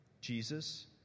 Jesus